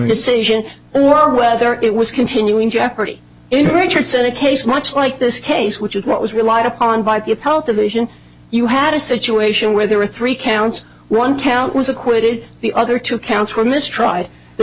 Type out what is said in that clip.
decision or whether it was continuing jeopardy in richardson a case much like this case which is what was relied upon by the health of vision you had a situation where there were three counts one count was acquitted the other two counts were mistrial the